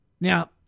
Now